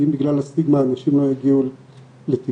אם בגלל הסטיגמה אנשים לא יגיעו לטיפול